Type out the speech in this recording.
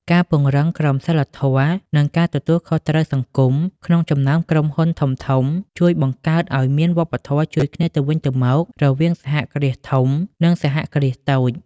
ការពង្រឹងក្រមសីលធម៌ និងការទទួលខុសត្រូវសង្គម ក្នុងចំណោមក្រុមហ៊ុនធំៗ ជួយបង្កើតឱ្យមានវប្បធម៌ជួយគ្នាទៅវិញទៅមករវាងសហគ្រាសធំ និងសហគ្រាសតូច។